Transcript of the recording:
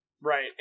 Right